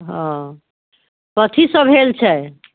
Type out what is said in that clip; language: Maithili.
ओ कथी सब भेल छै